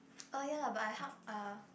uh ya lah but I hug uh